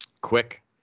quick